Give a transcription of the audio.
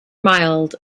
mild